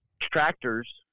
tractors